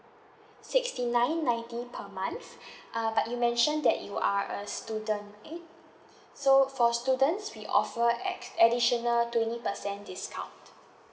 sixty nine ninety per month uh but you mention that you are a student right so for students we offer ex~ additional twenty percent discount